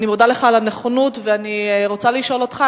אני מודה לך על הנכונות ואני רוצה לשאול אותך